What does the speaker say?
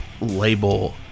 label